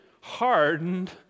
hardened